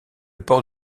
port